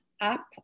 up